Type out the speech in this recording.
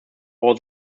all